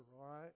right